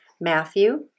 Matthew